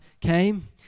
came